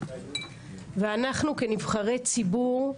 אנחנו כנבחרי ציבור,